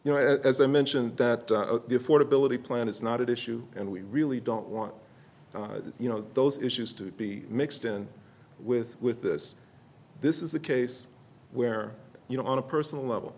you know as i mentioned that the affordability plan is not at issue and we really don't want you know those issues to be mixed in with with this this is a case where you know on a personal level